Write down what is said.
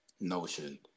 notion